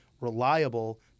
reliable